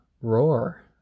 Roar